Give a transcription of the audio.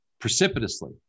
precipitously